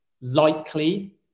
likely